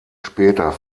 später